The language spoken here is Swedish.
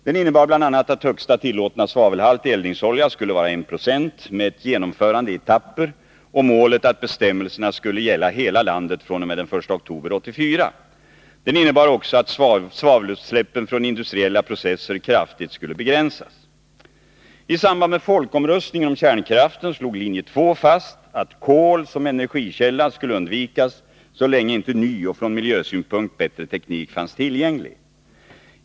Den innebar bl.a. att högsta tillåtna svavelhalt i eldningsolja skulle vara 1 96 med ett genomförande i etapper och målet att bestämmelserna skulle gälla hela landet fr.o.m. den 1 oktober 1984. Den innebar också att svavelutsläppen från industriella processer kraftigt skulle begränsas. I samband med folkomröstningen om kärnkraften slog linje 2 fast att kol som energikälla skulle undvikas så länge inte ny och från miljösynpunkt bättre teknik fanns tillgänglig.